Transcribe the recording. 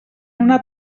una